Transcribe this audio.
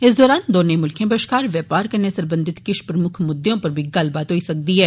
इस दौरान दौनें मुल्खें बष्कार व्यौपार कन्ने सरबंधित किष प्रमुक्ख मुददें उप्पर बी गल्लबात होई सकदी ऐ